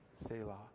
Selah